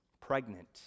pregnant